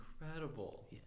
incredible